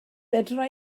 fedra